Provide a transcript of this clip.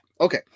okay